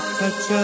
touch